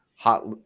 hot